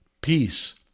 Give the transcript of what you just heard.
peace